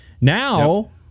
now